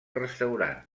restaurant